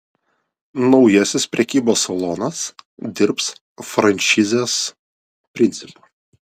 naujasis prekybos salonas dirbs franšizės principu